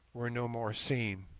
were no more seen.